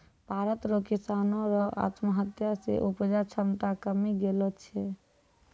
भारत रो किसानो रो आत्महत्या से उपजा क्षमता कमी गेलो छै